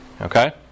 Okay